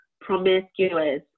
promiscuous